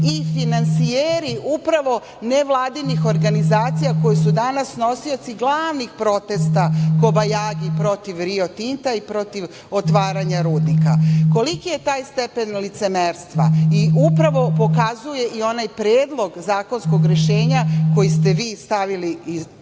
i finansijeri upravo nevladinih organizacija koje su danas nosioci glavnih protesta, kobajagi protiv „Rio Tinta“ i protiv otvaranja rudnika. Koliki je taj stepen licemerstva upravo pokazuje i onaj predlog zakonskog rešenja koji ste vi stavili i